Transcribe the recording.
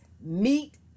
Meet